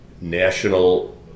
national